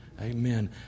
Amen